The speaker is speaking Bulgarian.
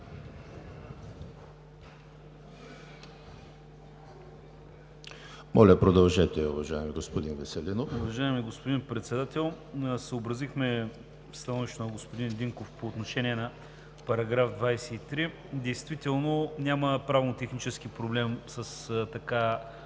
Моля, продължете, уважаеми господин Веселинов.